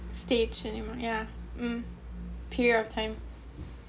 stage anymore yeah mm period of time